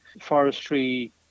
forestry